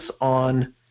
on